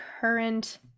current